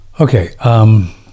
Okay